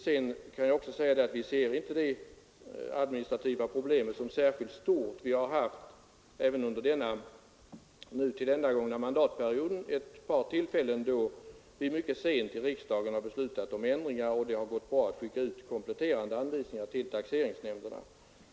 Vi betraktar inte heller det administrativa problemet som särskilt stort. Under den nu snart tilländalupna mandatperioden har riksdagen vid ett par tillfällen mycket sent beslutat om ändringar på skatteområdet. Det har gått mycket bra att skicka ut kompletterande anvisningar till taxeringsnämnderna.